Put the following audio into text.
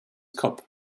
cup